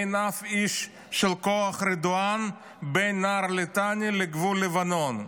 אין אף איש של כוח רדואן בין נהל הליטני לגבול לבנון.